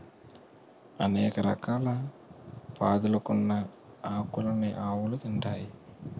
అనేక రకాల పాదులుకున్న ఆకులన్నీ ఆవులు తింటాయి